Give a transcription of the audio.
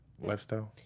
lifestyle